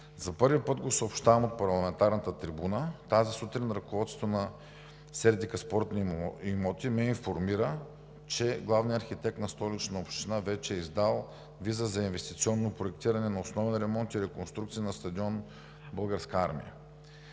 За първи път го съобщавам от парламентарната трибуна: тази сутрин ръководството на „Сердика спортни имоти“ ЕАД ме информира, че главният архитект на Столична община вече е издал виза за инвестиционно проектиране на основен ремонт и реконструкция на стадион „Българска армия“.